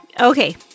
Okay